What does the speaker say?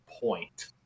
point